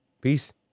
Peace